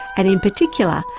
and in particular,